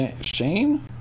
Shane